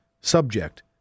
subject